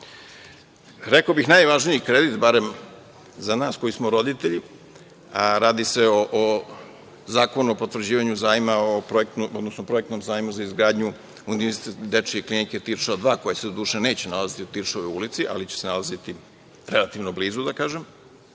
bih najvažniji kredit, barem za nas koji smo roditelji, radi se o zakonu o potvrđivanju projektnog zajma za izgradnju Univerzitetske dečije klinike Tiršova 2, koja se, doduše, neće nalaziti u Tiršovoj ulici, ali će se nalaziti relativno blizu, da